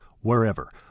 wherever